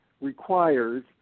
requires